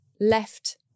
left